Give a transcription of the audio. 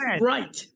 Right